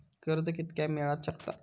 कर्ज कितक्या मेलाक शकता?